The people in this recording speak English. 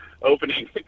Opening